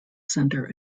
center